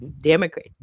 democrat